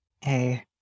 Hey